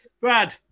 Brad